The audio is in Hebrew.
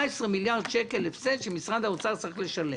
מיליארד שקלים הפסד שמשרד האוצר צריך לשלם.